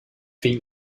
been